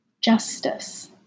justice